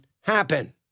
happen